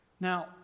Now